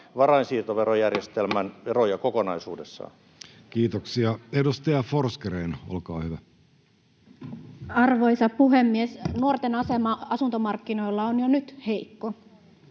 varainsiirtoverojärjestelmän veroja kokonaisuudessaan. Kiitoksia. — Edustaja Forsgrén, olkaa hyvä. Arvoisa puhemies! Nuorten asema asuntomarkkinoilla on jo nyt heikko.